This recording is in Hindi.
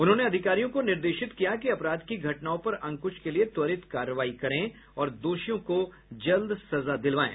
उन्होंने अधिकारियों को निर्देशित किया कि अपराध की घटनाओं पर अंकुश के लिये त्वरित कार्रवाई करें और दोषियों को जल्द सजा दिलवायें